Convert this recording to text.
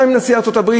גם עם נשיא ארצות-הברית,